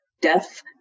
death